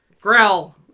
Growl